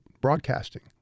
broadcasting